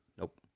Nope